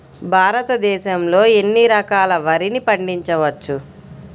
భారతదేశంలో ఎన్ని రకాల వరిని పండించవచ్చు